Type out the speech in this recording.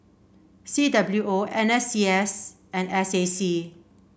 C W O N S C S and S A C